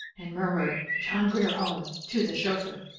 and murmured, john grier home to the chauffeur.